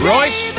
Royce